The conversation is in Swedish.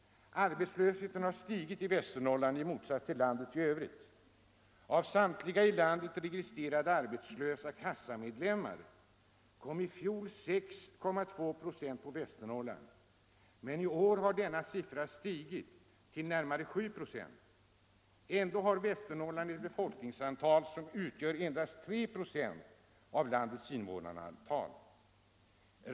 Arbetslösheten har stigit i Västernorrland i motsats till landet i övrigt. Av samtliga i landet registrerade arbetslösa kassamedlemmar kom i fjol 6,2 26 på Västernorrland, men i år har denna siffra stigit till närmare 7 96. Ändå har Västernorrland ett befolkningsantal som utgör endast 3 96 av landets invånarantal.